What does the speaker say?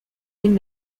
این